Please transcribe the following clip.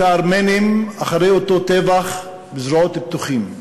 הארמנים אחרי אותו טבח בזרועות פתוחות.